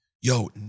Yo